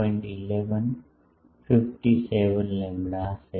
1157 lambda હશે